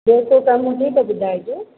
ॿियो को कम हुजे त ॿुधाइजो